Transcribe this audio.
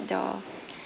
the